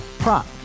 Prop